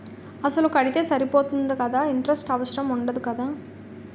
అసలు కడితే సరిపోతుంది కదా ఇంటరెస్ట్ అవసరం ఉండదు కదా?